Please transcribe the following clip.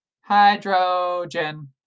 hydrogen